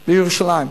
בירושלים.